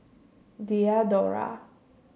Diadora